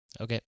Okay